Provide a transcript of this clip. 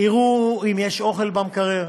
יראו אם יש אוכל במקרר,